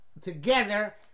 together